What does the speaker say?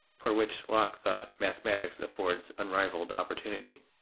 for which, locke thought, mathematics affords unrivaled opportunity.